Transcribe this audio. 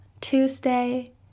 Tuesday